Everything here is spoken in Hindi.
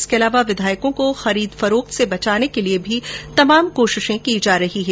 इसके अलावा विधायकों को खरीद फरोख्त से बचाने के लिए भी तमाम कोशिशें की जा रही है